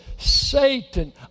Satan